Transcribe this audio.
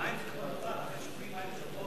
מים זה ברכה, לכן שופכים מים בשבועות.